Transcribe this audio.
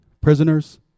prisoners